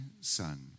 son